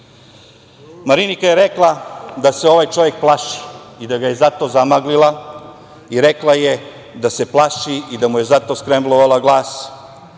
Marinika je rekla da se ovaj čovek plaši i da ga je zato zamaglila i rekla je da se plaši i da mu je zato skremblovala glas.